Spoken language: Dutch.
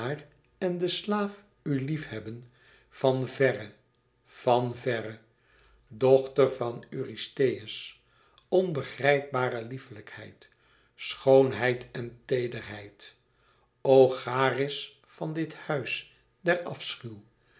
en de slaaf u lief hebben van verre van verre dochter van eurystheus onbegrijpbare lieflijkheid schoonheid en teederheid o charis van dit huis